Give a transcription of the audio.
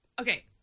Okay